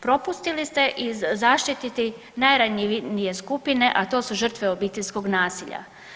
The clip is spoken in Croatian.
Propustili ste i zaštiti najranjivije skupine, a to su žrtve obiteljskog nasilja.